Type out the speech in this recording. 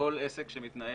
לכל עסק שמתנהל.